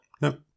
No